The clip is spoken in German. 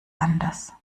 anders